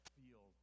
feel